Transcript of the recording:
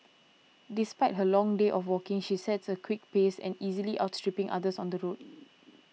despite her long day of walking she sets a quick pace and easily outstripping others on the road